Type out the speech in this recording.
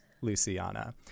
Luciana